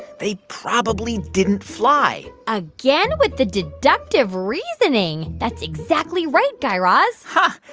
they probably didn't fly again with the deductive reasoning. that's exactly right, guy raz huh.